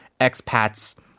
expats